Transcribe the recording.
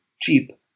cheap